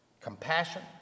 compassion